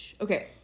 okay